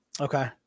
Okay